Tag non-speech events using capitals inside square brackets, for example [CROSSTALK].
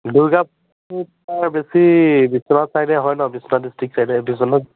দুৰ্গা [UNINTELLIGIBLE] বেছি বিশ্বনাথ চাৰিআলিত হয় ন বিশ্বনাথ [UNINTELLIGIBLE]